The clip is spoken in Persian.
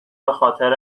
بخاطر